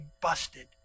busted